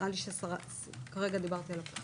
נראה לי שדיברתי על הכול.